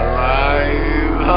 Alive